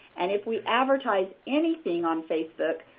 and if we advertise anything on facebook,